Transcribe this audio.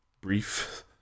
Brief